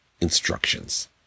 instructions